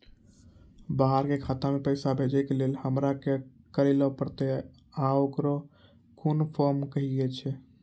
बाहर के खाता मे पैसा भेजै के लेल हमरा की करै ला परतै आ ओकरा कुन फॉर्म कहैय छै?